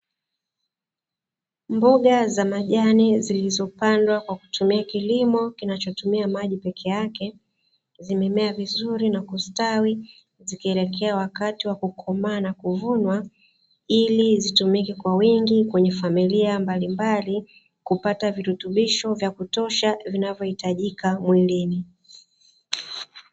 Mboga za majani zilizopandwa kwa kutumia kilimo kinachotumia maji peke yake, zimemea vizuri na kustawi zikielekea wakati wa kukomaa na kuvunwa, ili zitumike kwa wingi kwenye familia mbalimbali kupata virutubisho vya kutosha vinavyohitajika mwilini.